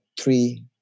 three